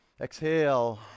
Exhale